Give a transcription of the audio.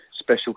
special